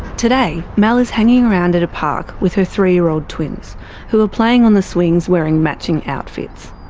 today, mel is hanging around at a park with her three year old twins who are playing on the swings wearing matching outfits.